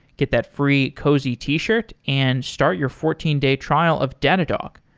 get that free cozy t-shirt and start your fourteen day trial of datadog.